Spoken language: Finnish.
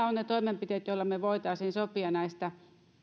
ovat ne toimenpiteet joilla me voisimme sopia näistä